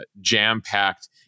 jam-packed